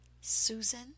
Susan